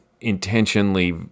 intentionally